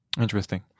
Interesting